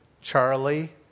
Charlie